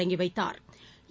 தொடங்கி வைத்தாா்